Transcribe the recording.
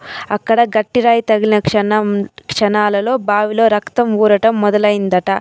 అక్కడ గట్టిరాయి తగిలిన క్షణం క్షణాలలో రక్తం ఊరటం మొదలయిందట